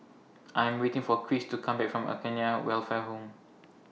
I Am waiting For Cris to Come Back from Acacia Welfare Home